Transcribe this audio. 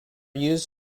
used